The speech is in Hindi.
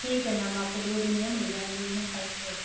ठीक है मैम आपको दो दिन में मिल जाएंगे एकदम परफेक्ट